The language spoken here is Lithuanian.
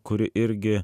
kuri irgi